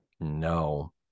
no